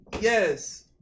yes